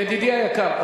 ידידי היקר,